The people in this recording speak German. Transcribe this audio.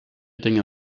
dinge